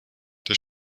der